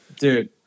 dude